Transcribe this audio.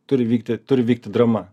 turi vykti turi vykti drama